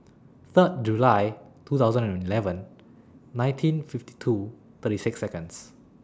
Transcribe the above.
Third July two thousand and eleven nineteen fifty two thirty six Seconds